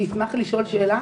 אני אשמח לשאול שאלה.